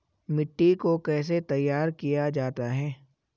मिट्टी को कैसे तैयार किया जाता है?